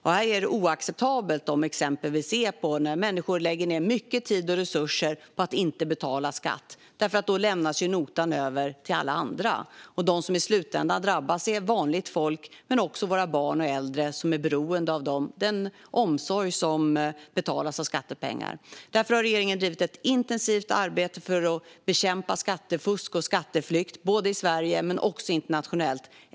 Det är oacceptabelt att människor exempelvis lägger ned mycket tid och resurser på att inte betala skatt. Då lämnas notan över till alla andra. De som i slutändan drabbas är vanligt folk men också våra barn och äldre som är beroende av den omsorg som betalas av skattepengar. Därför har regeringen bedrivit ett intensivt arbete för att bekämpa skattefusk och skatteflykt, i Sverige men också internationellt.